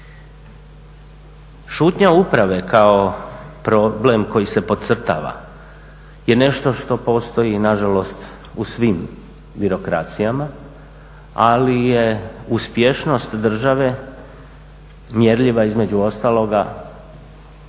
Šutnja uprave kao problem koji se podcrtava je nešto što postoj nažalost u svim birokracijama, ali je uspješnost države mjerljiva između ostaloga